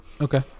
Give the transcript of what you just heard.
Okay